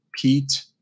Pete